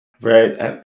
Right